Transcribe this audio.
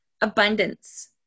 Abundance